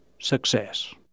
success